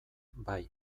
bai